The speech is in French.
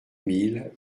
mille